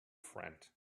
friend